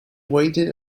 waited